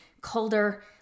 colder